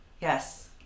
Yes